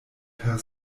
per